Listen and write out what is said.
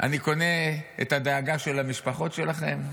אני קונה את הדאגה של המשפחות שלכם?